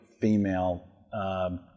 female